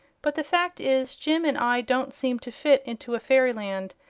but the fact is, jim and i don't seem to fit into a fairyland,